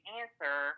answer